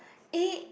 A